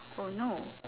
oh no